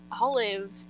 Olive